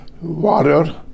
water